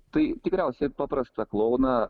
tai tikriausiai paprastą klouną